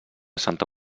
santa